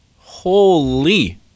holy